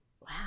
Wow